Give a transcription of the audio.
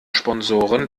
sponsoren